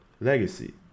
legacy